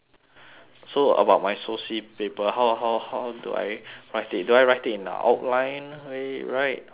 so about my soci paper how how how do I write it do I write it in a outline way write outline way